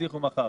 יצליחו מחר.